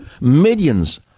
Millions